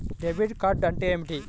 Debit card అంటే ఏమిటి?